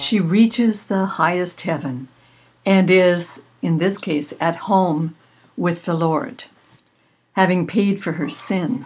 she reaches the highest heaven and is in this case at home with the lord having peter her s